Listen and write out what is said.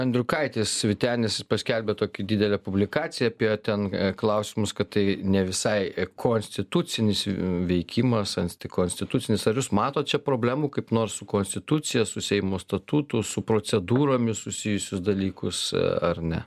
andriukaitis vytenis paskelbė tokį didelę publikaciją apie ten klausimus kad tai ne visai konstitucinis veikimas antikonstitucinis ar jūs matot čia problemų kaip nors su konstitucija su seimo statutu su procedūromis susijusius dalykus ar ne